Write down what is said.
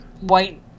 white